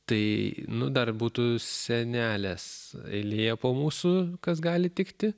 tai nu dar būtų senelės eilė po mūsų kas gali tikti